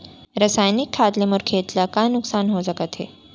रसायनिक खाद ले मोर खेत ला का नुकसान हो सकत हे?